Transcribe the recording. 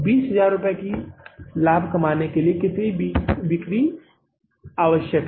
इसलिए हमें 20000 रुपये के लाभ के लिए आवश्यक इन बिक्री की गणना करनी होगी